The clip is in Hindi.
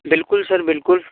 बिल्कुल सर बिल्कुल